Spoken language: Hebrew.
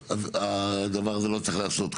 כל הדבר הזה לא צריך להיעשות כאן,